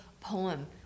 poem